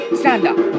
stand-up